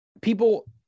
People